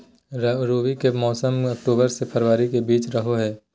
रबी के मौसम अक्टूबर से फरवरी के बीच रहो हइ